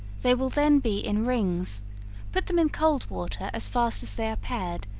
they will then be in rings put them in cold water as fast as they are pared,